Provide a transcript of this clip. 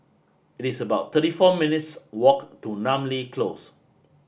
it is about thirty four minutes' walk to Namly Close